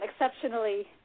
exceptionally